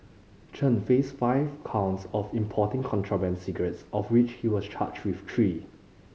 Chen faced five counts of importing contraband cigarettes of which he was charged with three